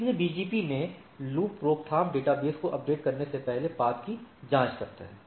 इसलिए BGP में loop रोकथाम डेटाबेस को अपडेट करने से पहले पथ की जांच करता है